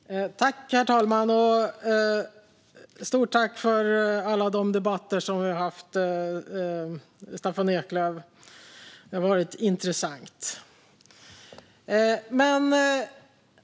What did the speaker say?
Herr talman! Jag vill rikta ett stort tack till Staffan Eklöf för alla de debatter som vi har haft; det har varit intressant.